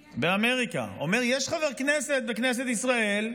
באמריקה, ואומר: יש חבר כנסת בכנסת ישראל,